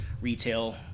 retail